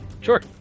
Sure